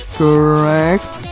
correct